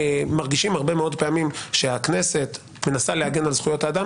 מרגישים הרבה מאוד פעמים שהכנסת מנסה להגן על זכויות האדם